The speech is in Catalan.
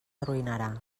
arruïnarà